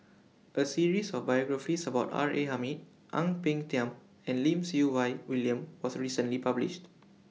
A series of biographies about R A Hamid Ang Peng Tiam and Lim Siew Wai William was recently published